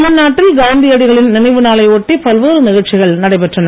தமிழ்நாட்டில் காந்தியடிகளின் நினைவு நாளையொட்டி பல்வேறு நிகழ்ச்சிகள் நடைபெற்றது